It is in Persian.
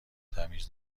تمیز